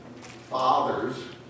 fathers